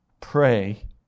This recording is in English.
pray